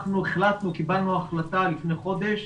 אנחנו קיבלנו החלטה לפני חודש,